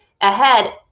ahead